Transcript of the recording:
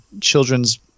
children's